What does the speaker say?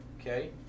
Okay